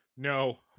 No